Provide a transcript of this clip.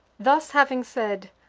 thus having said,